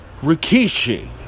Rikishi